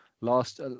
last